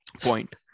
point